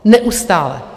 Neustále.